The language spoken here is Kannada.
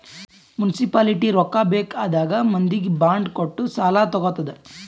ಮುನ್ಸಿಪಾಲಿಟಿ ರೊಕ್ಕಾ ಬೇಕ್ ಆದಾಗ್ ಮಂದಿಗ್ ಬಾಂಡ್ ಕೊಟ್ಟು ಸಾಲಾ ತಗೊತ್ತುದ್